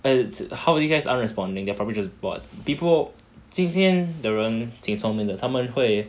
well it's how you guys are responding they'll probably just bots people 今天的人挺聪明的他们会